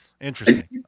interesting